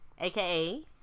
aka